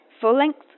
full-length